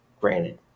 Granted